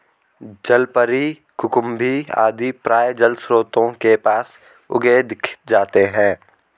जलपरी, कुकुम्भी आदि प्रायः जलस्रोतों के पास उगे दिख जाते हैं